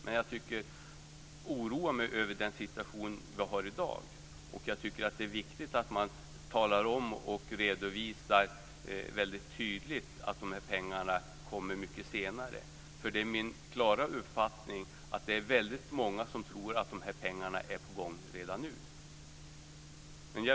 Men jag oroar mig över den situation vi har i dag, och jag tycker att det är viktigt att man talar om och redovisar väldigt tydligt att de här pengarna kommer mycket senare. Det är min klara uppfattning att det är väldigt många som tror att de här pengarna är på gång redan nu.